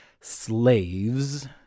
slaves